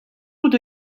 out